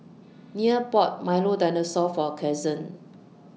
Nia bought Milo Dinosaur For Cason